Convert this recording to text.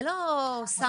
זה לא סמי עופר.